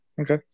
Okay